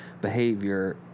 behavior